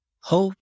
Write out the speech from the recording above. hope